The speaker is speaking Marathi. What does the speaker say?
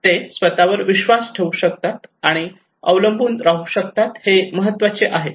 ते स्वतःवर विश्वास ठेवू शकतात आणि अवलंबून राहू शकतात हे महत्त्वाचे आहे